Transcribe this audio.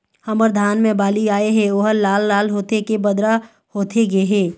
हमर धान मे बाली आए हे ओहर लाल लाल होथे के बदरा होथे गे हे?